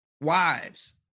Wives